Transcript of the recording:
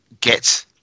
get